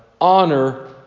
Honor